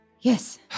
Yes